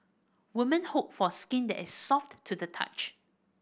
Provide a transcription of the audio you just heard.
woman hope for skin that is soft to the touch